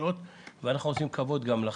אבל אנחנו עושים גם כבוד לחקיקה.